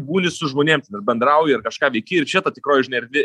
būni su žmonėm bendrauji ar kažką veiki ir čia ta tikroji žinai erdvė